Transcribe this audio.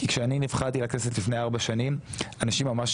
כי כשאני נבחרתי לכנסת לפני ארבע שנים אנשים ממש